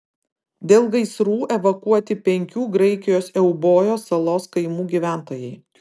dėl gaisrų evakuoti penkių graikijos eubojos salos kaimų gyventojai